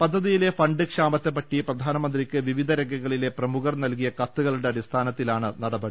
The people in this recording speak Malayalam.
പദ്ധതി യിലെ ഫണ്ട് ക്ഷാമത്തെപറ്റി പ്രധാനമന്ത്രിക്ക് വിവിധ രംഗങ്ങളിലെ പ്രമു ഖർ നൽകിയ കത്തുകളുടെ അടിസ്ഥാനത്തിലാണ് നട്പടി